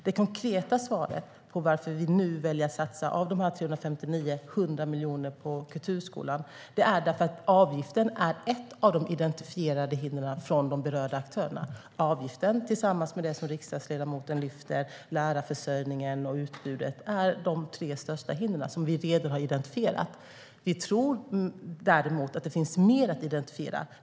Det konkreta svaret på varför vi nu väljer att satsa 100 av de här 359 miljonerna på kulturskolan är att avgiften är ett av de hinder som har identifierats av de berörda aktörerna. Avgiften tillsammans med det som riksdagsledamoten lyfter fram, lärarförsörjningen och utbudet, är de tre största hindren som vi redan har identifierat. Vi tror dock att det finns mer att identifiera.